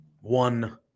one